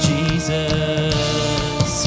Jesus